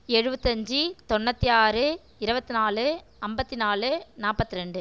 எழுவத்தஞ்சு தொண்ணூற்று ஆறு இருவத்தி நாலு ஐம்பத்தி நாலு நாற்பத்ரெண்டு